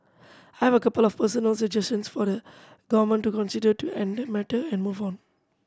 I have a couple of personal suggestions for the Government to consider to end the matter and move on